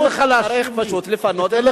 צריך פשוט לפנות את מגרון.